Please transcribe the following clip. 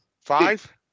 five